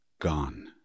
Gone